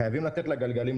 חייבים להניע את הגלגלים,